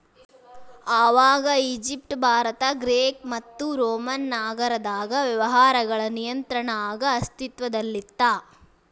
ಆವಾಗ Egypt Bharat Greek ಮತ್ತು Roman ನಾಗರದಾಗ ವ್ಯವಹಾರಗಳ ನಿಯಂತ್ರಣ ಆಗ ಅಸ್ತಿತ್ವದಲ್ಲಿತ್ತ